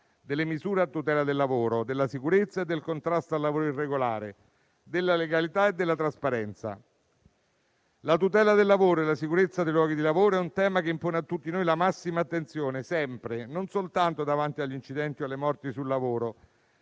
delle misure a tutela del lavoro, della sicurezza e del contrasto al lavoro irregolare, della legalità e della trasparenza. La tutela del lavoro e la sicurezza dei luoghi di lavoro è un tema che impone a tutti noi la massima attenzione, sempre, non soltanto davanti agli incidenti o alle morti sul lavoro.